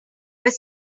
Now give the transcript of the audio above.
were